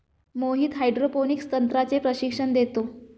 Mohit hydroponics तंत्राचे प्रशिक्षण देतो